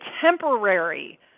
temporary